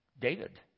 David